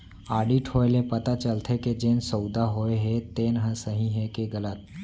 audit होए ले पता चलथे के जेन सउदा होए हे तेन ह सही हे के गलत